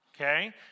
okay